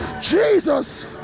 Jesus